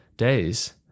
days